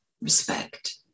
respect